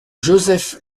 joseph